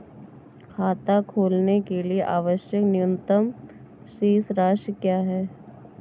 खाता खोलने के लिए आवश्यक न्यूनतम शेष राशि क्या है?